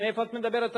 איך את מדברת ערבית?